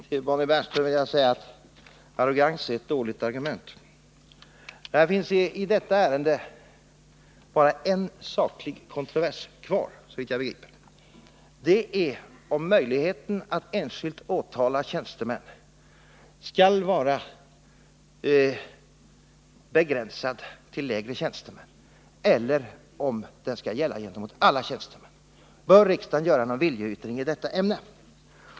Herr talman! Till Bonnie Bernström vill jag säga att arrogans är ett dåligt argument. I detta ärende finns bara en saklig kontrovers kvar, såvitt jag vet, nämligen om möjligheten till enskilt åtal mot tjänstemän skall vara begränsad till lägre tjänstemän eller om den skall gälla gentemot alla tjänstemän. Bör riksdagen göra någon viljeyttring i detta ämne?